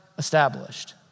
established